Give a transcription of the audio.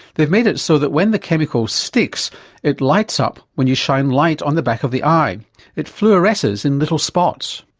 they've made it so that when the chemical sticks it lights up when you shine light on the back of the eye it fluoresces in little spots.